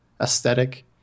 aesthetic